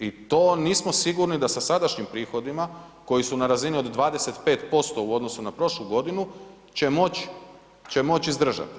I to nismo sigurni da sa sadašnjim prihodima koji su na razini od 25% u odnosu na prošlu godinu će moć izdržat.